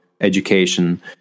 education